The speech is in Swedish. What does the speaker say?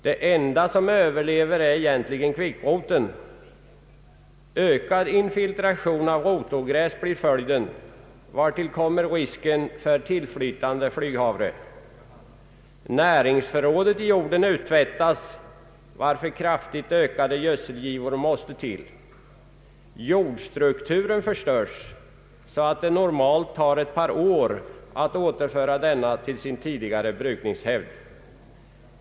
Det enda som överlever är egentligen kvickroten. Ökad infiltration av rotogräs blir följden, vartill kommer risken för tillflytande flyghavre. Näringsförrådet i jorden uttvättas, varför kraftigt ökade gödselgivor måste till. Jordstrukturen förstörs så att det normalt tar ett par år att återföra denna till sin tidigare brukningshävd.